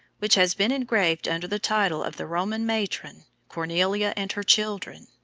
which has been engraved under the title of the roman matron cornelia and her children.